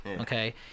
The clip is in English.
Okay